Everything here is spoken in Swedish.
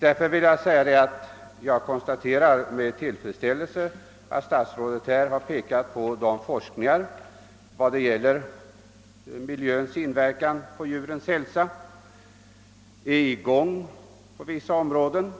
Därför konstaterar jag med tillfredsställelse att statsrådet i sitt svar pekar på den forskning rörande miljöns inverkan på djurens hälsa som pågår på vissa områden.